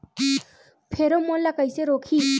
Pheromone ला कइसे रोकही?